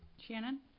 shannon